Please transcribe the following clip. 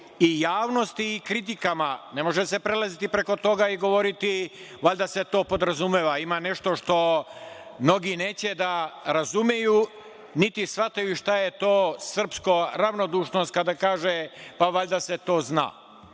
i javnosti i kritikama. Ne može se prelaziti preko toga i govoriti – valjda se to podrazumeva. Ima nešto što mnogi neće da razumeju, niti shvataju šta je to srpsko ravnodušnost, kada kaže – pa valjda se to